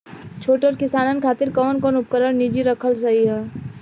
छोट किसानन खातिन कवन कवन उपकरण निजी रखल सही ह?